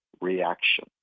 reaction